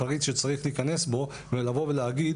החריץ שצריך להיכנס בו ולבוא ולהגיד